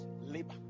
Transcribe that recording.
labor